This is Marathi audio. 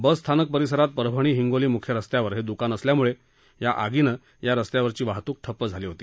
बसस्थानक परिसरात परभणी हिगोली मुख्य रस्त्यावर हे दुकान असल्यानं आगीमुळे या रस्त्यावरची वाहतूक ठप्प झाली होती